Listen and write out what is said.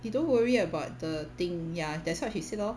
you don't worry about the thing ya that's what she said lor